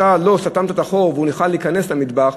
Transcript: אתה לא סתמת את החור והוא יכול להיכנס למטבח.